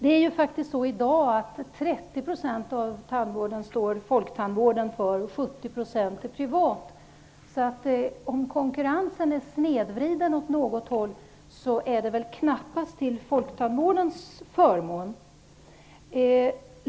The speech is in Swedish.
I dag står folktandvården för 30 av tandvården och den privata tandvården för 70 %. Om konkurrensen är snedvriden åt något håll är det väl knappast till folktandvårdens förmån?